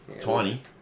Tiny